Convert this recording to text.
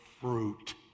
fruit